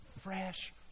fresh